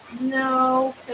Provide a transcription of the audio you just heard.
No